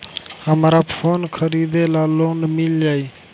हमरा फोन खरीदे ला लोन मिल जायी?